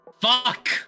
Fuck